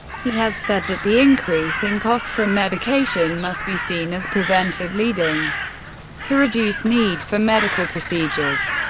he has said that the increase in cost from medication must be seen as preventive, leading to reduced need for medical procedures.